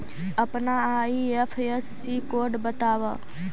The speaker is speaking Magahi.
अपना आई.एफ.एस.सी कोड बतावअ